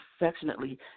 affectionately